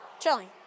chilling